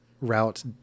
route